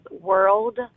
world